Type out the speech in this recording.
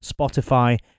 Spotify